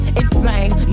insane